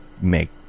Make